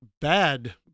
bad